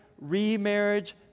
Remarriage